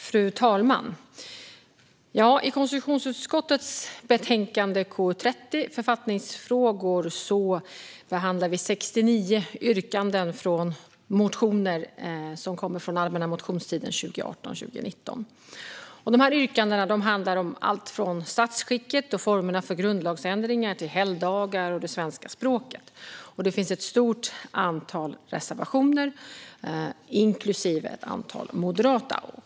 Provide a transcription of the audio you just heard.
Fru talman! I konstitutionsutskottets betänkande KU30 Författningsfrågor behandlas 69 yrkanden från motioner som väckts under allmänna motionstiden 2018/2019. Dessa yrkanden handlar om alltifrån statsskicket och formerna för grundlagsändringar till helgdagar och det svenska språket. Det finns ett stort antal reservationer, inklusive ett antal moderata.